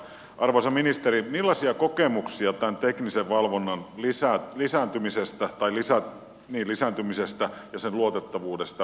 arvoisa ministeri millaisia kokemuksia rajavartiostolla on teknisen valvonnan lisää lisääntymisestä vain lisää yli lisääntymisestä ja sen luotettavuudesta